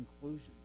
conclusion